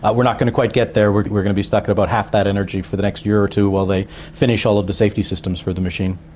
we're not going to quite get there, we're we're going to be stuck at about half that energy for the next year or two while they finish all of the safety systems for the machine.